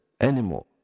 anymore